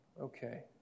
Okay